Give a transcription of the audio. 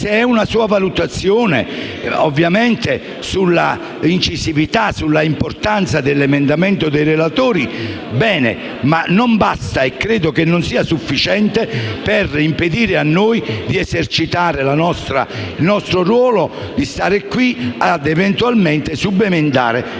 Se è una sua valutazione sull'incisività e l'importanza dell'emendamento dei relatori, va bene, ma non basta e credo che non sia sufficiente per impedire a noi di esercitare il nostro ruolo e eventualmente di subemendare ciò che